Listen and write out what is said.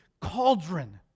cauldron